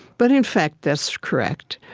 but, in fact, that's correct.